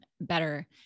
better